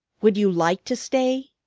would you like to stay?